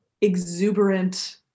exuberant